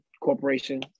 corporation